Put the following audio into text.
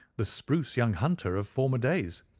the spruce young hunter of former days.